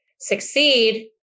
succeed